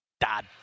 Dad